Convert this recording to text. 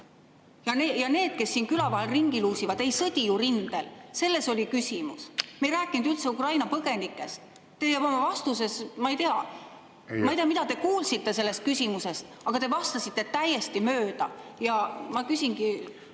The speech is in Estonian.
Ja need, kes siin küla vahel ringi luusivad, ei sõdi ju rindel. Selles oli küsimus. Me ei rääkinud üldse Ukraina põgenikest. Te oma vastuses, ma ei tea, mida te kuulsite selles küsimuses, aga te vastasite täiesti mööda. Ma küsingi